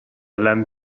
lame